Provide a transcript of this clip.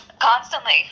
constantly